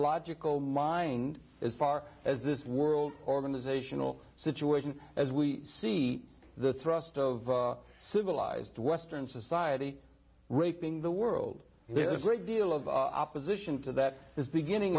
logical mind as far as this world organizational situation as we see the thrust of civilized western society raping the world there's a great deal of opposition to that is beginning